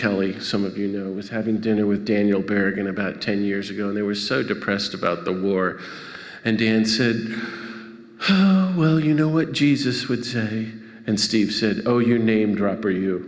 kelly some of you know was having dinner with daniel berrigan about ten years ago they were so depressed about the war and then said well you know what jesus would say and steve said oh your name dropper you